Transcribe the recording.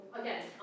again